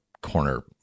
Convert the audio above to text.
corner